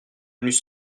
venus